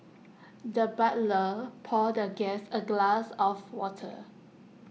the butler poured the guest A glass of water